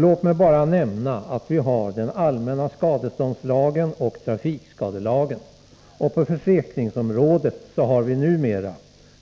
Låt mig bara nämna att vi har den allmänna skadeståndslagen och trafikskadelagen. På försäkringsområdet har vi numera